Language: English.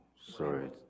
Sorry